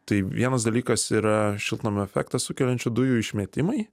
tai vienas dalykas yra šiltnamio efektą sukeliančių dujų išmetimai